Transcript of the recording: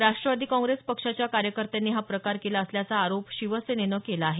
Rashtrawadi Congress पक्षाच्या कार्यकर्त्यांनी हा प्रकार केला असल्याचा आरोप शिवसेना पक्षानं केला आहे